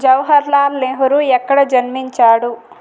జవహర్లాల్ నెహ్రూ ఎక్కడ జన్మించాడు